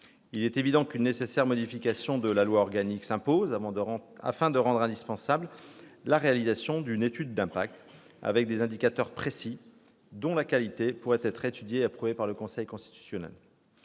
Il est évident qu'une modification de la loi organique s'impose, afin de rendre indispensable la réalisation d'une étude d'impact reposant sur des indicateurs précis, dont la qualité pourra être appréciée par le Conseil constitutionnel.